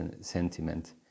sentiment